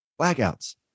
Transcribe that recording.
blackouts